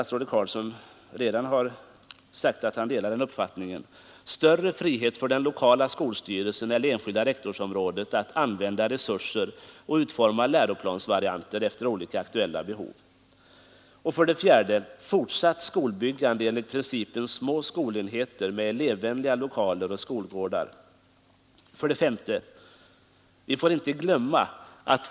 Större frihet för den lokala skolstyrelsen eller det enskilda rektorsområdet att använda resurser och utforma läroplansvarianter efter olika aktuella behov. Statsrådet Carlsson har redan sagt att han delar denna uppfattning. 5.